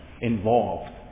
involved